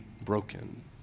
broken